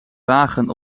wagen